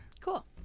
Cool